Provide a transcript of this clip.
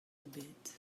ebet